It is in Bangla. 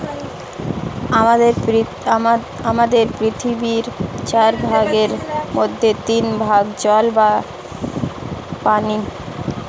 আমাদের পৃথিবীর চার ভাগের মধ্যে তিন ভাগ জল বা পানি